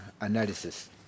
analysis